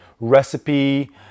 recipe